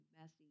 messy